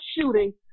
shooting